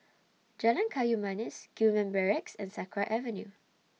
Jalan Kayu Manis Gillman Barracks and Sakra Avenue